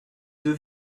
deux